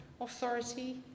authority